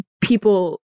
people